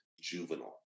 juvenile